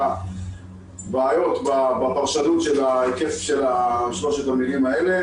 בעיות בפרשנות של ההיקף של שלוש המילים האלה.